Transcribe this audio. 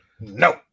No